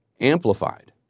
amplified